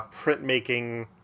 printmaking